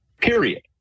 period